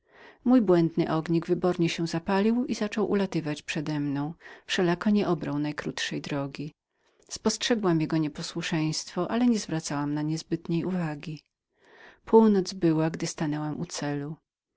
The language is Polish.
mój błędny ognik wybornie się zapalił i zaczął ulatywać przedemną wszelako nie obrał najkrótszej drogi spostrzegłam jego nieposłuszeństwo ale nie zwracałam na nie zbytniej uwagi północ była gdy stanęłam u celu